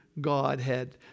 Godhead